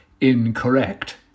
incorrect